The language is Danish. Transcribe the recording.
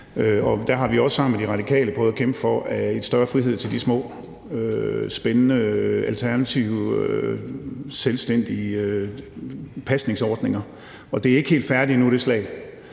Der har vi også sammen med De Radikale prøvet at kæmpe for en større frihed til de små spændende, alternative, selvstændige pasningsordninger, og den kamp er ikke helt færdig endnu. Det er